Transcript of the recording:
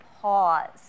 pause